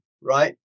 right